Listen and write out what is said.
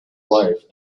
life